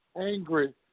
angry